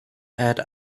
add